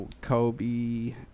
Kobe